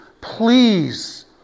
please